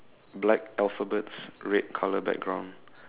black alphabets red colour background